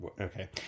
Okay